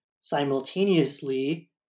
simultaneously